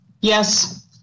Yes